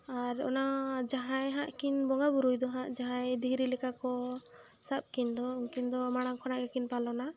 ᱟᱨ ᱚᱱᱟ ᱡᱟᱦᱟᱸᱭ ᱦᱟᱸᱜ ᱠᱤᱱ ᱵᱚᱸᱜᱟᱼᱵᱩᱨᱩᱭ ᱫᱚ ᱦᱟᱸᱜ ᱡᱟᱦᱟᱸᱭ ᱫᱤᱦᱨᱤ ᱞᱮᱠᱟ ᱠᱚ ᱥᱟᱵ ᱠᱤᱱ ᱫᱚ ᱩᱱᱤᱠᱤᱱ ᱫᱚ ᱢᱟᱲᱟᱝ ᱠᱷᱚᱱᱟᱜ ᱜᱮᱠᱤᱱ ᱯᱟᱞᱚᱱᱟ